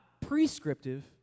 prescriptive